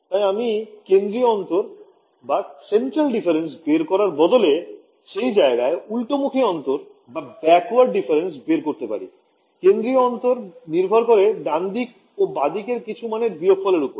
এখানে একটা ব্যপার হতে পারে যে একটা centre difference নেওয়ার বদলে একটা backward difference নিতে পারি centre difference নির্ভর করবে কিছু বাঁদিক ও কিছু ডানদিকের মাণের বিয়োগফলের ওপর